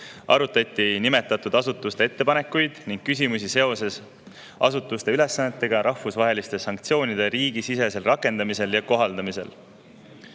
Arutati nimetatud asutuste ettepanekuid ning küsimusi seoses asutuste ülesannetega rahvusvaheliste sanktsioonide riigisisesel rakendamisel ja kohaldamisel.